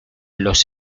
los